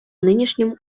нынешнем